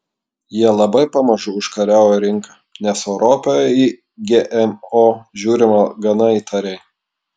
jie labai pamažu užkariauja rinką nes europoje į gmo žiūrima gana įtariai